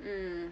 mm